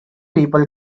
people